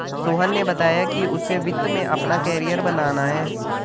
सोहन ने बताया कि उसे वित्त में अपना कैरियर बनाना है